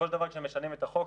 בסופו של דבר כשמשנים את החוק,